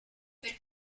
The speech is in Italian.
per